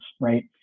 right